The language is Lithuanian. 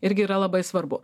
irgi yra labai svarbu